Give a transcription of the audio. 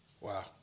Wow